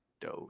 dose